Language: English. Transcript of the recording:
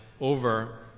over